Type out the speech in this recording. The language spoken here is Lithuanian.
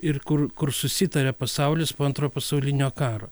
ir kur kur susitaria pasaulis po antrojo pasaulinio karo